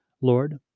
Lord